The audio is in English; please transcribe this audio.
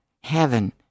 heaven